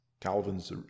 Calvin's